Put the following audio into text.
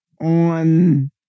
on